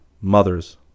mother's